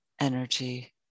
energy